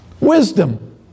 Wisdom